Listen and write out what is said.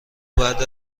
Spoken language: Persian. بعد